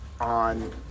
on